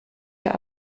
der